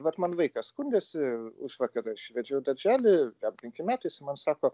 vat man vaikas skundėsi užvakar aš vedžiau į darželį jam penki metai jis man sako